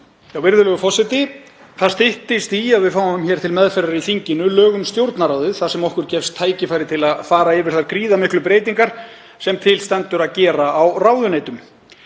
Virðulegur forseti. Það styttist í að við fáum til meðferðar í þinginu lög um Stjórnarráðið þar sem okkur gefst tækifæri til að fara yfir þær gríðarmiklu breytingar sem til stendur að gera á ráðuneytum.